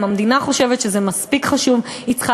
אם המדינה חושבת שזה מספיק חשוב,